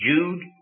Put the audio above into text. Jude